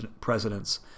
presidents